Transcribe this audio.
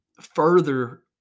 further